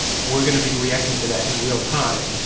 we're going to be reacting to that in real time.